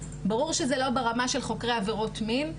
ברור שזה לא ברמה של חוקרי עבירות מין,